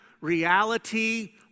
reality